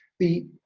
the